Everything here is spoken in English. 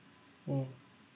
mm